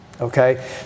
Okay